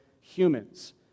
humans